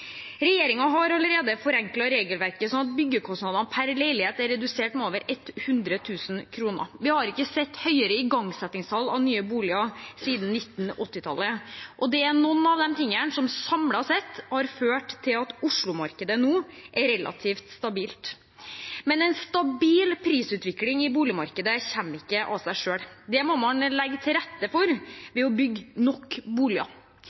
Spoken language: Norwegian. har allerede forenklet regelverket, sånn at byggekostnadene per leilighet er redusert med over 100 000 kr. Vi har ikke sett høyere igangsettingstall av nye boliger siden 1980-tallet. Dette er noe av det som samlet sett har ført til at Oslo-markedet nå er relativt stabilt, men en stabil prisutvikling i boligmarkedet kommer ikke av seg selv. Det må man legge til rette for ved å bygge nok boliger.